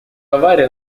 авария